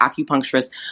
acupuncturist